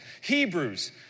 Hebrews